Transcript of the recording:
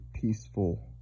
peaceful